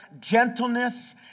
gentleness